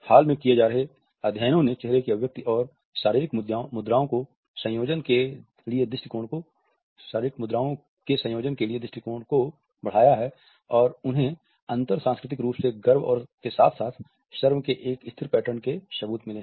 हाल में किए जा रहे अध्ययनों ने चेहरे की अभिव्यक्ति और शारीरिक मुद्राओ के संयोजन के लिए दृष्टिकोण को बढ़ाया है और उन्हें अंतर सांस्कृतिक रूप से गर्व के साथ साथ शर्म के एक स्थिर पैटर्न के सबूत मिले हैं